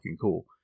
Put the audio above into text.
cool